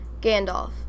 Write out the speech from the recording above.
Gandalf